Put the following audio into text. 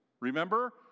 remember